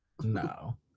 No